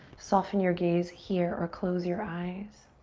soften your gaze here or close your eyes.